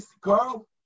Carl